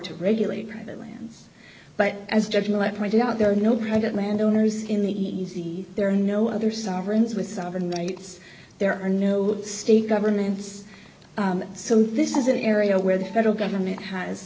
to regulate private lands but as judge millette pointed out there are no private landowners in the easies there are no other sovereigns with sovereign rights there are no state governments so this is an area where the federal government has